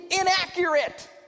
inaccurate